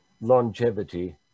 longevity